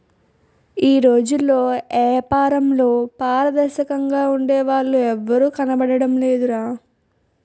ఈ రోజుల్లో ఏపారంలో పారదర్శకంగా ఉండే వాళ్ళు ఎవరూ కనబడడం లేదురా